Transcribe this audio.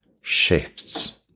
shifts